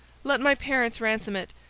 let my parents ransom it,